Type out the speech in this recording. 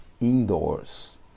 indoors